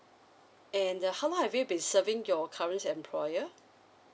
and uh how long have you been serving your current employer